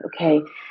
okay